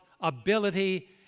ability